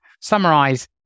summarize